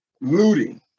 looting